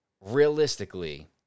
realistically